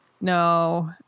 no